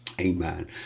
Amen